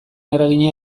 eragina